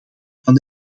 van